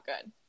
good